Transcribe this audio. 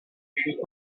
puis